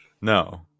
No